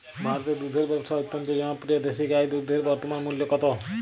ভারতে দুধের ব্যাবসা অত্যন্ত জনপ্রিয় দেশি গাই দুধের বর্তমান মূল্য কত?